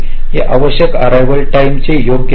हे आवश्यक अररिवाल टाईमचे योग्य आहेत